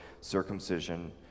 circumcision